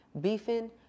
Beefing